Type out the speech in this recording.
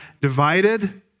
divided